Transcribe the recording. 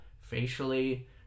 facially